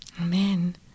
Amen